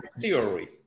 theory